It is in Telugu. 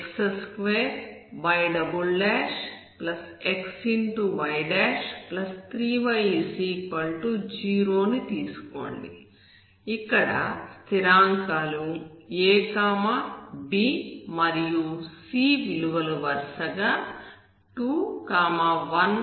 2x2yxy3y0 ని తీసుకోండి ఇక్కడ స్థిరాంకాలు a b మరియు c విలువలు వరుసగా 2 1 మరియు 3 అవుతాయి